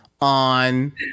on